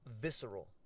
visceral